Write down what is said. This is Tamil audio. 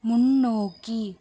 முன்னோக்கி